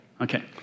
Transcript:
Okay